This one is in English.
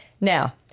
Now